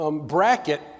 bracket